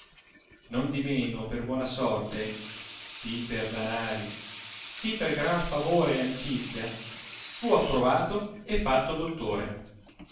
ciechi nondimeno per buona sorte sì per danari sì per gran favore e amicizia fu approvato e fatto dottore